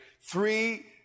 three